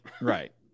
Right